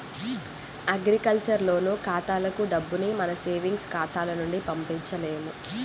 agriculture loan ఖాతాలకు డబ్బుని మన సేవింగ్స్ ఖాతాల నుంచి పంపించలేము